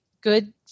good